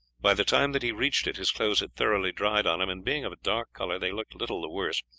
by the time that he reached it his clothes had thoroughly dried on him, and being of a dark colour they looked little the worse,